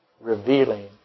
revealing